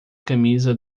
camisa